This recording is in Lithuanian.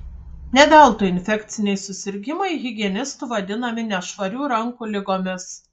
ne veltui infekciniai susirgimai higienistų vadinami nešvarių rankų ligomis